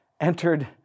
entered